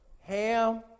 Ham